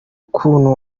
ukuntu